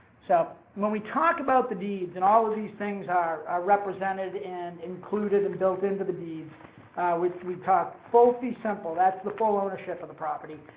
so when we talk about the deeds and all of these things are represented and included and built into the deeds which we talk full fee simple, that's the full ownership of the property.